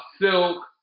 Silk